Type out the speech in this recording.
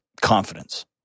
confidence